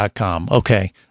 okay